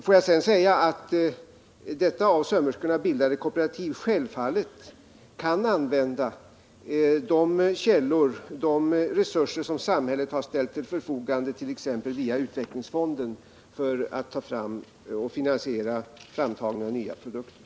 Låt mig sedan säga att det av sömmerskorna bildade kooperativet 105 självfallet kan utnyttja de resurser som samhället ställer till förfogande, t.ex. via utvecklingsfonden, för att finansiera framtagning av nya produkter.